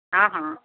ହଁ ହଁଁ